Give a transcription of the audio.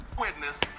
Witness